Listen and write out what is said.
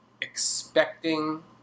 expecting